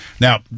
Now